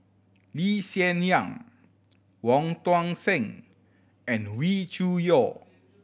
Lee Hsien Yang Wong Tuang Seng and Wee Cho Yaw